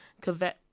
covet